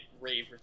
rave